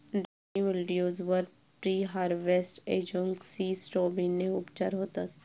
downy mildews वर preharvest एजोक्सिस्ट्रोबिनने उपचार होतत